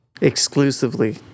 Exclusively